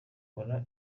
cola